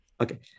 Okay